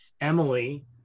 Emily